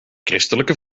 christelijke